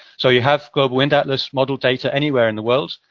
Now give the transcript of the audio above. so you have global wind atlas model data anywhere in the world,